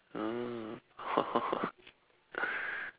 ah !wah!